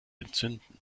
entzünden